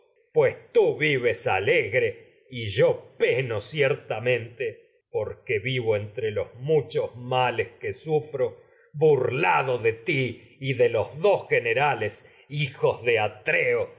pues tú vives alegre y yo peno que ciertamente vivo entre los ge muchos males sufro hurlado de ti de quienes y de los dos nerales hijos que de atreo